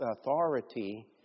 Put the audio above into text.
authority